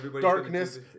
Darkness